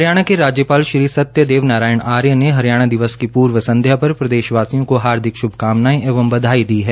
हरियाणा के राज्यपाल श्री सत्यदेव नारायण आर्य ने हरियाणा दिवस की पूर्व संध्या पर प्रदेशवासियों को हार्दिक श्भकामनाएं एवं बधाई दी है